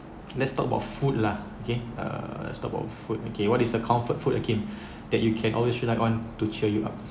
let's talk about food lah okay uh let's talk food okay what is your comfort food hakim that you can always rely on to cheer you up